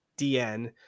DN